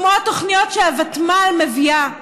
כמו התוכניות שהוותמ"ל מביאה.